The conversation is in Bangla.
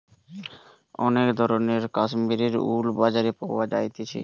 অনেক ধরণের কাশ্মীরের উল বাজারে পাওয়া যাইতেছে